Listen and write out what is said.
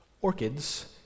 Orchids